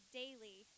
daily